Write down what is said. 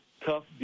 tough